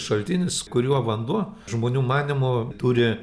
šaltinis kuriuo vanduo žmonių manymu turi